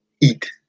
eat